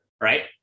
right